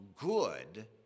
good